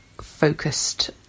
focused